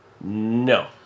No